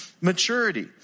maturity